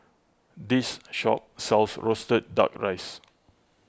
this shop sells Roasted Duck Rice